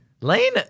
Lane